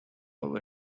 over